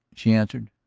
she answered.